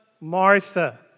Martha